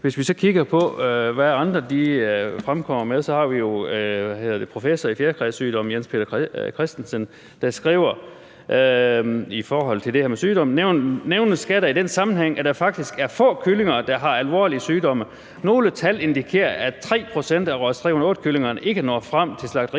hvis vi så kigger på, hvad andre fremkommer med, så har vi jo professor i fjerkræsygdomme Jens Peter Christensen, der skriver i forhold til det her med sygdomme: »Nævnes skal det i den sammenhæng, at det faktisk er få kyllinger, der har alvorlige sygdomme. Nogle tal indikerer, at tre pct. af Ross 308-kyllingerne ikke når frem til slagteriet,